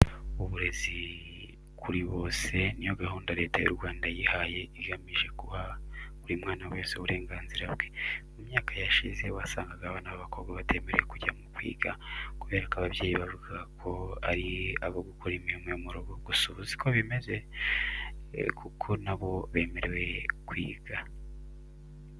Uburezi kuri bose ni yo gahunda Leta y'u Rwanda yihaye igamije guha buri mwana wese uburenganzira bwe. Mu myaka yashize wasangaga abana b'abakobwa batemerewe kujya kwiga kubera ko ababyeyi bavugaga ko ari abo gukora imirimo yo mu rugo. Gusa ubu si ko bikiri kuko na bo bemerewe kwiga.